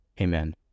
Amen